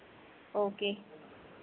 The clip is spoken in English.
okay